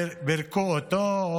פירקו אותו,